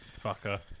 fucker